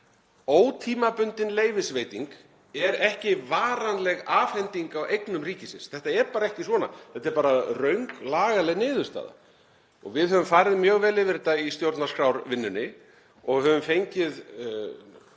Ótímabundin leyfisveiting er ekki varanleg afhending á eignum ríkisins. Þetta er ekki svona, þetta er bara röng lagaleg niðurstaða. Við höfum farið mjög vel yfir þetta í stjórnarskrárvinnunni og höfum fengið